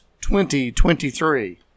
2023